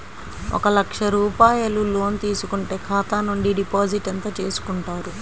ఒక లక్ష రూపాయలు లోన్ తీసుకుంటే ఖాతా నుండి డిపాజిట్ ఎంత చేసుకుంటారు?